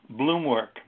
bloomwork